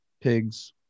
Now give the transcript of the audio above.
pigs